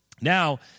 Now